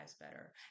better